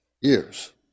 years